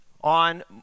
on